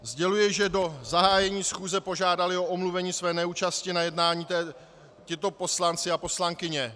Sděluji, že do zahájení schůze požádali o omluvení své neúčasti na jednání tito poslanci a poslankyně.